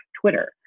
Twitter